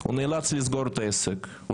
הוא מקבל את ההצגה כשאת עונה לו.